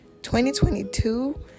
2022